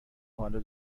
حالو